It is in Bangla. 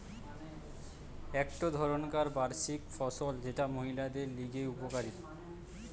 একটো ধরণকার বার্ষিক ফসল যেটা মহিলাদের লিগে উপকারী